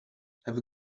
have